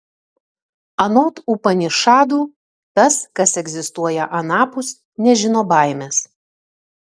anot upanišadų tas kas egzistuoja anapus nežino baimės